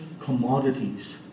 commodities